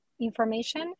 information